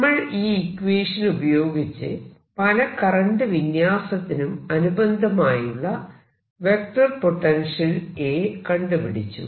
നമ്മൾ ഈ ഇക്വേഷൻ ഉപയോഗിച്ച് പല കറന്റ് വിന്യാസത്തിനും അനുബന്ധമായുള്ള വെക്റ്റർ പൊട്ടൻഷ്യൽ A കണ്ടുപിടിച്ചു